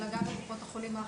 אלא גם לקופות החולים האחרות,